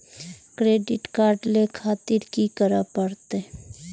Credit card ले खातिर की करें परतें?